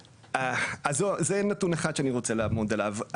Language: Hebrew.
אז זה נתון אחד שאני רוצה לעמוד עליו,